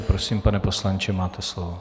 Prosím, pane poslanče, máte slovo.